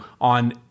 on